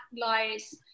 lies